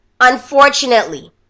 Unfortunately